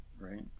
Right